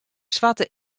swarte